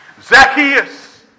Zacchaeus